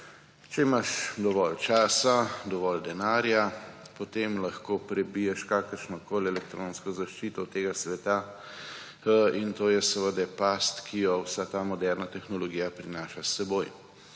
Če imaš dovolj časa, dovolj denarja, potem lahko prebiješ kakršnokoli elektronsko zaščito tega sveta; in to je seveda past, ki jo vsa ta moderna tehnologija prinaša s seboj.